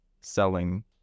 selling